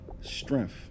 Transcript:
strength